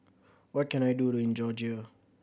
what can I do in Georgia